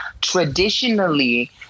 traditionally